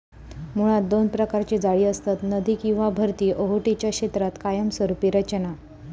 मुळात दोन प्रकारची जाळी असतत, नदी किंवा भरती ओहोटीच्या क्षेत्रात कायमस्वरूपी रचना